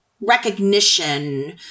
recognition